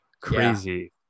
crazy